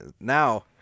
now